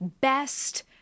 best